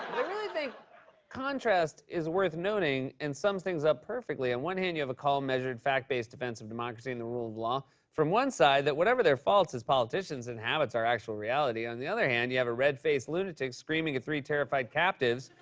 think contrast is worth noting and sums things up perfectly on and one hand, you have a calm, measured, fact-based defense of democracy and the rule of law from one side that, whatever their faults as politicians, inhabits our actual reality. on the other hand, you have a red-faced lunatic screaming at three terrified captives,